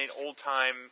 old-time